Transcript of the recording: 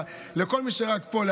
לכל מי שרק פה,